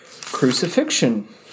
crucifixion